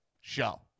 show